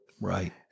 Right